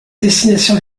destinations